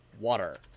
water